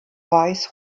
weiß